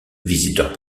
visiteurs